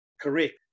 Correct